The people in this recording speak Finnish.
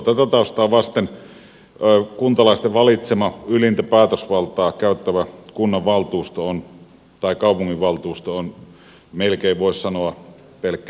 tätä taustaa vasten kuntalaisten valitsema ylintä päätösvaltaa käyttävä kunnanvaltuusto tai kaupunginvaltuusto on melkein voisi sanoa pelkkä vitsi